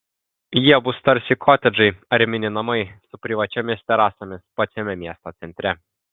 jie bus tarsi kotedžai ar mini namai su privačiomis terasomis pačiame miesto centre